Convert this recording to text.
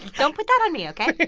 don't put that on me, ok?